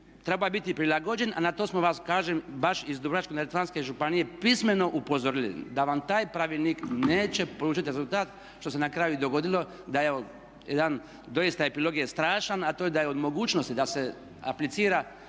treba biti prilagođen a na to smo vas kažem, baš iz Dubrovačko-neretvanske županije pismeno upozorili da vam taj pravilnik neće polučiti rezultat što se na kraju i dogodilo da evo jedan doista epilog je strašan a to je da je od mogućnosti da se aplicira